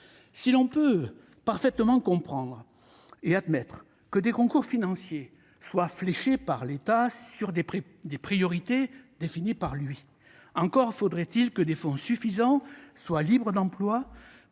Si l'on peut parfaitement comprendre et admettre que des concours financiers soient fléchés par l'État sur des priorités définies par lui, encore faudrait-il que des fonds suffisants soient libres d'emploi